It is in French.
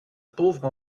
pauvre